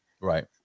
Right